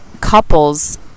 couples